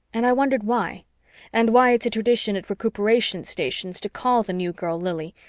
and i wondered why and why it's a tradition at recuperation stations to call the new girl lili,